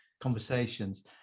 conversations